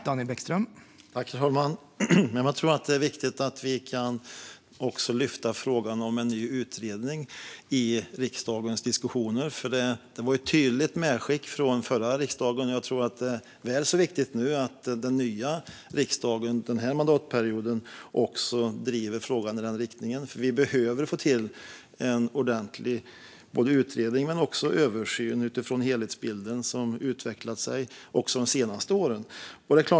Herr talman! Jag tror att det är viktigt att vi också kan lyfta frågan om en ny utredning i riksdagens diskussioner. Det var ju ett tydligt medskick från den förra riksdagen, och jag tror att det är väl så viktigt nu att den nya riksdagen under denna mandatperiod driver frågan i denna riktning. Vi behöver få till en ordentlig utredning men också en riktig översyn utifrån den helhetsbild som har utvecklat sig under de senaste åren.